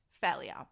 failure